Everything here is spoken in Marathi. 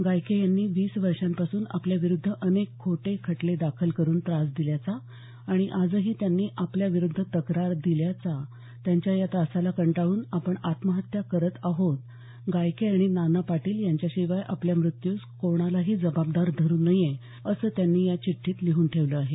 गायके यांनी वीस वर्षांपासून आपल्या विरुद्ध अनेक खोटे खटले दाखल करून त्रास दिल्याचा आणि आजही त्यांनी आपल्या विरूद्ध तक्रार दिल्याचा त्यांच्या या त्रासाला कंटाळून आपण आत्महत्या करत आहोत गायके आणि नाना पाटील यांच्या शिवाय आपल्या मृत्यूस कोणाही जबाबदार धरू नये असं त्यांनी या चिठ्ठीत लिहून ठेवलं आहे